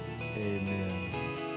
Amen